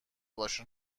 باش